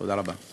תודה רבה.